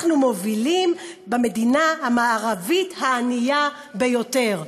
אנחנו מובילים כמדינה המערבית הענייה ביותר.